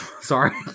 sorry